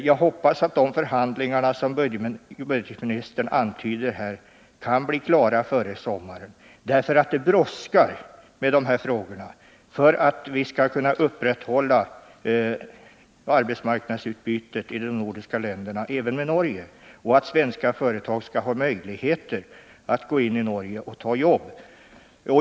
Jag hoppas att de förhandlingar som budgetministern syftar på kan bli klara före sommaren. Det brådskar nämligen med de här frågorna, om vi skall kunna upprätthålla arbetsmarknadsutbytet mellan de nordiska länderna — även med Norge — och om svenska företag skall få möjlighet att ta arbeten i Norge.